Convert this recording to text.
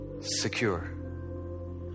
secure